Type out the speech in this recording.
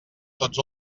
tots